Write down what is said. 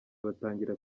batangira